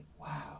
wow